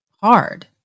hard